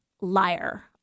liar